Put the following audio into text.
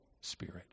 spirit